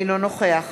אינו נוכח